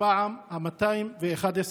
בפעם ה-211.